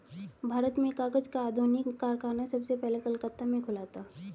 भारत में कागज का आधुनिक कारखाना सबसे पहले कलकत्ता में खुला था